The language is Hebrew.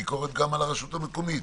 ביקורת גם על הרשות המקומית.